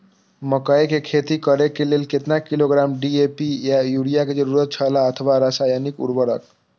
मकैय के खेती करे के लेल केतना किलोग्राम डी.ए.पी या युरिया के जरूरत छला अथवा रसायनिक उर्वरक?